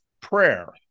prayer